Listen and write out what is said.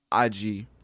IG